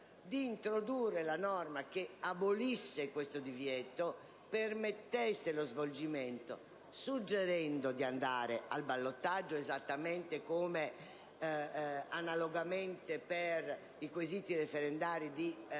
di introdurre una norma che abolisse tale divieto, permettendo lo svolgimento e suggerendo di andare al ballottaggio esattamente come viene fatto per i quesiti referendari di